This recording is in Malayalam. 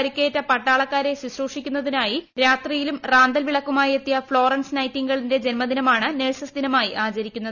പട്ടാളക്കാരെ ശുശ്രൂഷിക്കുന്നതിനായി രാത്രിയിലും റാന്തൽ വിളക്കുമായി എത്തിയ ഫ്ളോറൻസ് നൈറ്റിംഗ്ഗേലിന്റെ ജന്മദിനമാണ് നെഴ്സസ് ദിനമായി ആചരിക്കുന്നത്